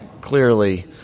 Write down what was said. clearly